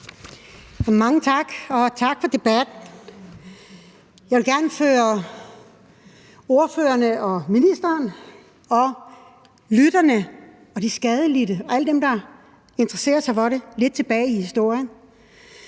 Mange tak, og tak for debatten. Jeg vil gerne føre ordførerne og ministeren og lytterne og de skadelidte og alle dem, der interesserer sig for det, lidt tilbage i historien,